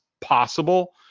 possible